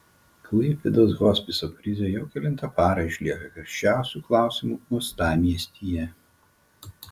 klaipėdos hospiso krizė jau kelintą parą išlieka karščiausiu klausimu uostamiestyje